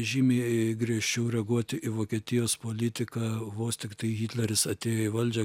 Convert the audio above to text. žymiai griežčiau reaguoti į vokietijos politiką vos tiktai hitleris atėjo į valdžią